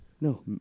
No